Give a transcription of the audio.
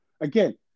Again